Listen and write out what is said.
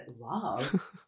love